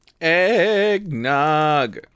Eggnog